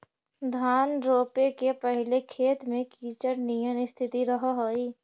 धान रोपे के पहिले खेत में कीचड़ निअन स्थिति रहऽ हइ